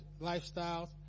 lifestyles